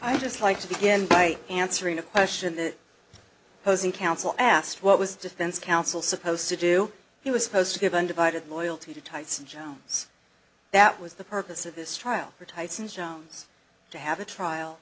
i'd just like to begin by answering a question that posing counsel asked what was defense counsel supposed to do he was supposed to give undivided loyalty to tyson jones that was the purpose of this trial for tyson jones to have a trial